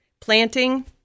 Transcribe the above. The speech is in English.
Planting